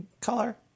Color